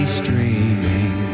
streaming